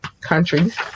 countries